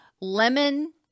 Lemon